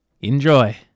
Enjoy